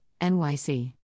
NYC